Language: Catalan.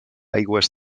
aigües